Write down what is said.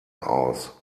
aus